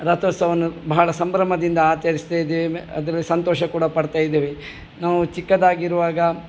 ರಥೋತ್ಸವನ್ನು ಬಹಳ ಸಂಭ್ರಮದಿಂದ ಆಚರಿಸ್ತಿದ್ದೇವೆ ಅದರ ಸಂತೋಷ ಕೂಡ ಪಡ್ತಾಯಿದ್ದೇವೆ ನಾವು ಚಿಕ್ಕದಾಗಿರುವಾಗ